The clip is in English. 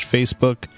Facebook